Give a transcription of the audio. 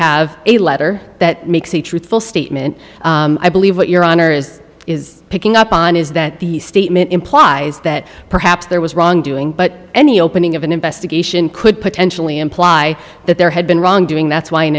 a letter that makes a truthful statement i believe what your honor is is picking up on is that the statement implies that perhaps there was wrongdoing but any opening of an investigation could potentially imply that there had been wrongdoing that's why an